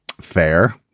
fair